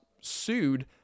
sued